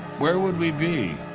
where would we be?